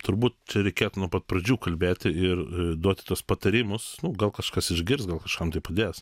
turbūt čia reikėtų nuo pat pradžių kalbėti ir duoti tuos patarimus nu gal kažkas išgirs gal kažkam tai padės